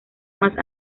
más